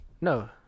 No